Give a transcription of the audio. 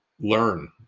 learn